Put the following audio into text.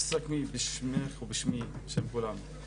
תסכמי בשמנו, בשמי ובשם כולם.